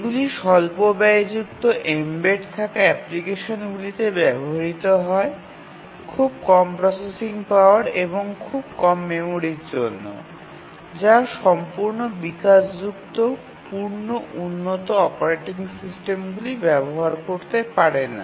এগুলি স্বল্প ব্যয়যুক্ত এম্বেড থাকা অ্যাপ্লিকেশনগুলিতে ব্যবহৃত হয় খুব কম প্রসেসিং পাওয়ার এবং খুব কম মেমরির জন্য যা সম্পূর্ণ বিকাশযুক্ত পূর্ণ উন্নত অপারেটিং সিস্টেমগুলি ব্যবহার করতে পারে না